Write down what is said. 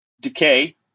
Decay